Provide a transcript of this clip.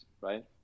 right